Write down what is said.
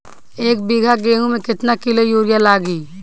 एक बीगहा गेहूं में केतना किलो युरिया लागी?